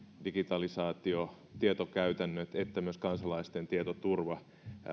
digitalisaatio tietokäytännöt sekä myös kansalaisten tietoturva